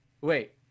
wait